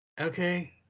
okay